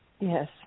Yes